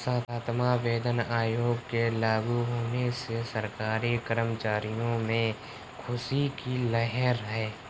सातवां वेतन आयोग के लागू होने से सरकारी कर्मचारियों में ख़ुशी की लहर है